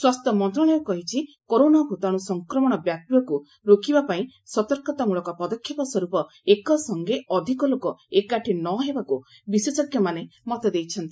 ସ୍ୱାସ୍ଥ୍ୟ ମନ୍ତ୍ରଣାଳୟ କହିଛି କରୋନା ଭୂତାଣୁ ସଂକ୍ରମଣ ବ୍ୟାପିବାକୁ ରୋକିବାପାଇଁ ସତର୍କତାମ୍ବଳକ ପଦକ୍ଷେପସ୍ୱର୍ପ ଏକସଙ୍ଗେ ଅଧିକ ଲୋକ ଏକାଠି ନ ହେବାକୁ ବିଶେଷଜ୍ଞମାନେ ମତ ଦେଇଛନ୍ତି